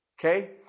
Okay